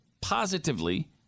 positively